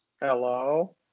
Hello